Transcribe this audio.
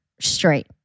straight